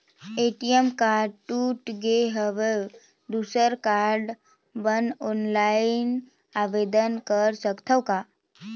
ATM card टूट गे हववं दुसर कारड बर ऑनलाइन आवेदन कर सकथव का?